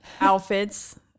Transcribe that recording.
outfits